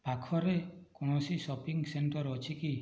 ପାଖରେ କୌଣସି shopping centre ଅଛି କି